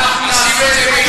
נעשה את זה.